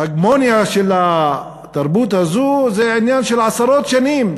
ההגמוניה של התרבות הזאת זה עניין של עשרות שנים,